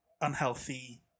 unhealthy